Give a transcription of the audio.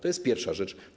To jest pierwsza rzecz.